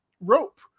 rope